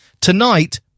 Tonight